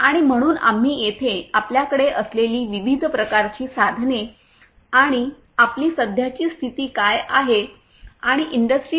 आणि म्हणून आम्ही येथे आपल्याकडे असलेली विविध प्रकारची साधने आणि आपली सध्याची स्थिती काय आहे आणि इंडस्ट्री 4